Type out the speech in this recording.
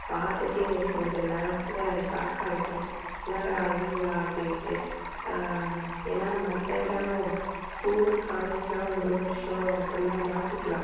பார்த்துட்டு எனக்கு கொஞ்ச நேரத்தில் ஷாக் ஆகிட்டேன் என்னடா இவங்களா அப்படின்ட்டு ஏன்னால் மற்ற இடம் ஸ்கூலு காலேஜ்னால் ஒரு வருஷம் அப்புடின்னா மாற்றிக்கிலாம்